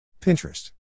Pinterest